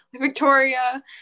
Victoria